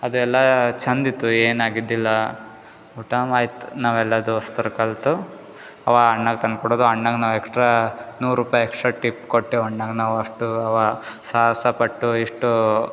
ಅದೆಲ್ಲ ಚಂದಿತ್ತು ಏನಾಗಿದ್ದಿಲ್ಲ ಊಟ ಮಾಯ್ತು ನಾವೆಲ್ಲ ದೋಸ್ತರು ಕಲೆತು ಅವ ಅಣ್ಣಗೆ ತಂದ್ಕೊಡೋದು ಅಣ್ಣಗೆ ನಾವು ಎಕ್ಸ್ಟ್ರಾ ನೂರೂಪಾಯ್ ಎಕ್ಪ ಟಿಪ್ ಕೊಟ್ಟೆವು ಅಣ್ಣಗೆ ನಾವು ಅಷ್ಟು ಅವ ಸಾಹಸ ಪಟ್ಟು ಎಷ್ಟು